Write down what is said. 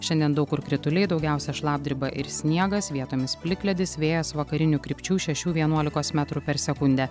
šiandien daug kur krituliai daugiausiai šlapdriba ir sniegas vietomis plikledis vėjas vakarinių krypčių šešių vienuolikos metrų per sekundę